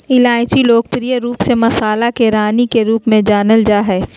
इलायची लोकप्रिय रूप से मसाला के रानी के रूप में जानल जा हइ